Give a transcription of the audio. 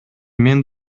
мен